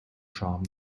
charme